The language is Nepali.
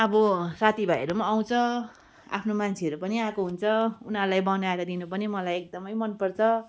अब साथी भाइहरू पनि आउँछ आफ्नो मान्छेहरू पनि आएको हुन्छ उनीहरूलाई बनाएर दिनु पनि मलाई एकदमै मनपर्छ